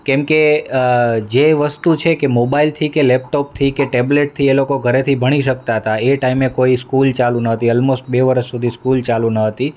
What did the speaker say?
કેમકે જે વસ્તુ છે કે મોબાઈલથી કે લેપટોપથી કે ટેબલેટથી એ લોકો ઘરેથી ભણી શકતા હતા એ ટાઈમે કોઈ સ્કૂલ ચાલુ નહોતી ઓલમોસ્ટ બે વરસ સુધી સ્કૂલ ચાલુ નહોતી